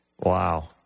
Wow